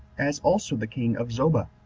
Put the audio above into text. as also the king of zobah.